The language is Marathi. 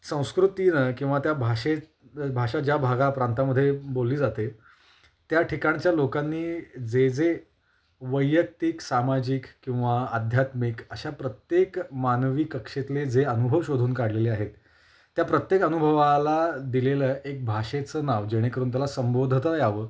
संस्कृतीनं किंवा त्या भाषेत भाषा ज्या भागा प्रांतामध्ये बोलली जाते त्या ठिकाणच्या लोकांनी जे जे वैयक्तिक सामाजिक किंवा आध्यात्मिक अशा प्रत्येक मानवी कक्षेतले जे अनुभव शोधून काढलेले आहेत त्या प्रत्येक अनुभवाला दिलेलं एक भाषेचं नाव जेणेकरून त्याला संबोधता यावं